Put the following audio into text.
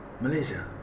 Malaysia